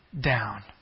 down